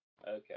Okay